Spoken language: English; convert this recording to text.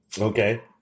Okay